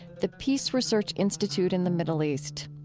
the peace research institute in the middle east.